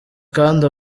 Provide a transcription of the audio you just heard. kandi